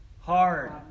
Hard